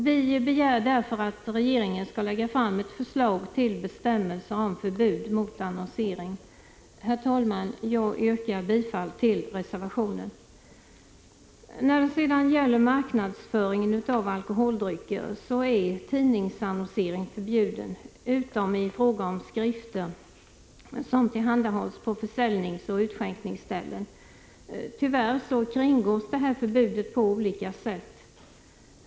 Vi begär därför att regeringen skall lägga fram ett förslag till bestämmelser om förbud mot annonsering. Herr talman! Jag yrkar bifall till reservationen. När det sedan gäller marknadsföringen av alkoholdrycker är tidningsannonsering förbjuden utom i skrifter som tillhandahålls på försäljningsoch utskänkningsställen. Tyvärr kringgås detta förbud på olika sätt.